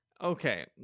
Okay